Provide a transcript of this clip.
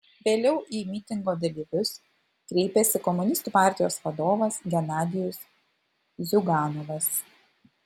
vėliau į mitingo dalyvius kreipėsi komunistų partijos vadovas genadijus ziuganovas